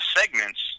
segments